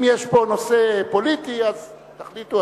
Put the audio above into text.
אם יש פה נושא פוליטי, תחליטו.